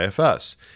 IFS